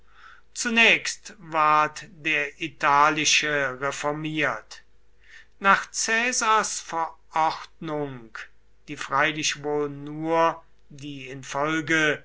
zunächst ward der italische reformiert nach caesars verordnung die freilich wohl nur die infolge